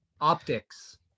Optics